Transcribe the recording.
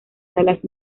salas